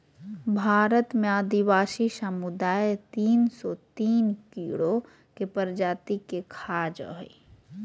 भारत में आदिवासी समुदाय तिन सो तिन कीड़ों के प्रजाति के खा जा हइ